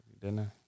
dinner